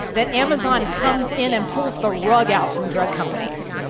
that amazon comes in and pulls the rug out from drug companies.